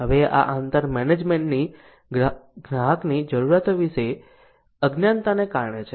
હવે આ અંતર મેનેજમેન્ટની ગ્રાહક જરૂરિયાતો પ્રત્યે અજ્ઞાનતાને કારણે છે